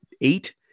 eight